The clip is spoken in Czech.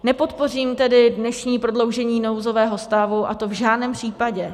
Nepodpořím tedy dnešní prodloužení nouzového stavu, a to v žádném případě.